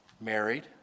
married